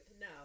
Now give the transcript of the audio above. No